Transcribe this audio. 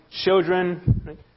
children